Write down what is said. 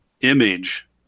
image